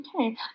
Okay